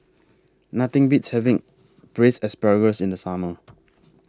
Nothing Beats having Braised Asparagus in The Summer